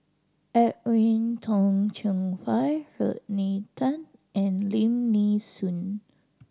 Edwin Tong Chun Fai Rodney Tan and Lim Nee Soon